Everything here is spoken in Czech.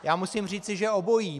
Já musím říci, že obojí.